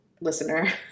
listener